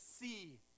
see